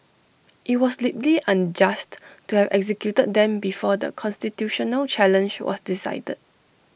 IT was deeply unjust to have executed them before the constitutional challenge was decided